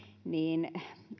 niin